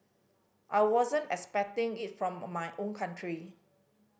I wasn't expecting it from my own country